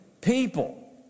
people